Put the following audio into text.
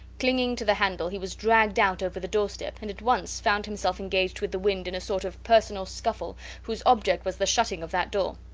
clinging to the handle, he was dragged out over the doorstep, and at once found himself engaged with the wind in a sort of personal scuffle whose object was the shutting of that door.